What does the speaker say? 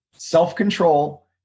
self-control